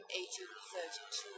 1832